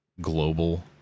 global